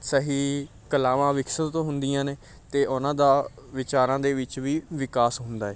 ਸਹੀ ਕਲਾਵਾਂ ਵਿਕਸਿਤ ਹੁੰਦੀਆਂ ਨੇ ਅਤੇ ਉਹਨਾਂ ਦਾ ਵਿਚਾਰਾਂ ਦੇ ਵਿੱਚ ਵੀ ਵਿਕਾਸ ਹੁੰਦਾ ਹੈ